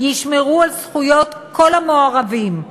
ישמרו על זכויות כל המעורבים,